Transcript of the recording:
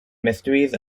mysteries